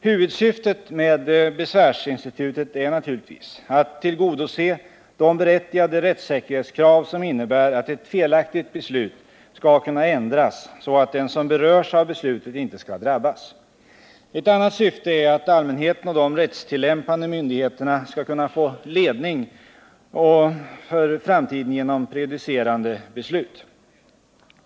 Huvudsyftet med besvärsinstitutet är naturligtvis att tillgodose de berättigade rättssäkerhetskrav som innebär att ett felaktigt beslut skall kunna ändras så att den som berörs av beslutet inte skall drabbas. Ett annat syfte är att allmänheten och de rättstillämpande myndigheterna skall kunna få ledning för framtiden genom prejudicerande beslut.